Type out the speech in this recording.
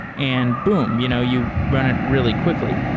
and boom! you know you run it really quickly.